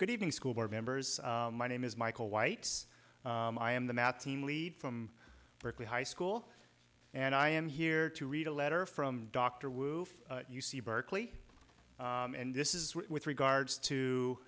good evening school board members my name is michael white's i am the math team lead from berkeley high school and i am here to read a letter from dr woo u c berkeley and this is with regards to